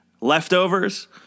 Leftovers